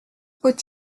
faut